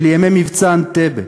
של ימי מבצע אנטבה,